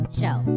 show